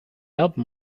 album